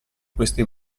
questi